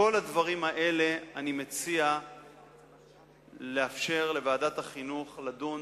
בכל הדברים האלה אני מציע לאפשר לוועדת החינוך לדון